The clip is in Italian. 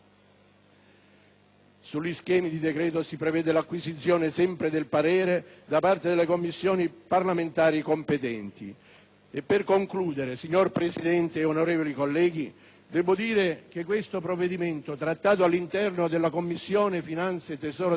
Sugli schemi di decreto si prevede l'acquisizione del parere da parte delle Commissioni parlamentari competenti. In conclusione, signor Presidente, onorevoli colleghi, debbo dire che il provvedimento in esame, trattato dalla Commissione finanze e tesoro del Senato,